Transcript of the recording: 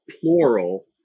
plural